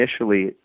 initially